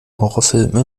horrorfilmen